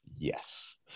Yes